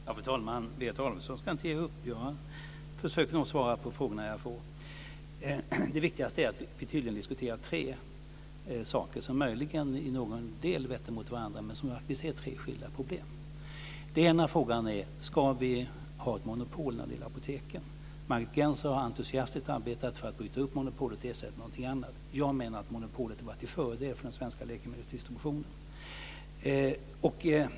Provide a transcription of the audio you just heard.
Fru talman! Berit Adolfsson ska inte ge upp - jag försöker nog svara på de frågor jag får. Det viktigaste är att vi tydligen diskuterar tre saker, som möjligen i någon del vetter mot varandra. Men jag ser tre skilda problem. Den ena frågan är den här: Ska vi ha ett monopol när det gäller apoteken? Margit Gennser har entusiastiskt arbetat för att bryta upp monopolet och ersätta det med någonting annat. Jag menar att monopolet har varit till fördel för den svenska läkemedelsdistributionen.